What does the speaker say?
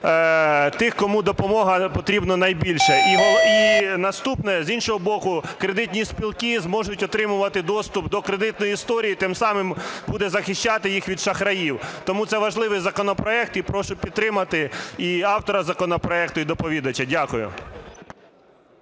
тих, кому допомога потрібна найбільше. І наступне. З іншого боку, кредитні спілки зможуть отримувати доступ до кредитної історії, тим самим буде захищати їх від шахраїв. Тому це важливий законопроект і прошу підтримати і автора законопроекту, і доповідача. Дякую.